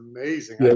amazing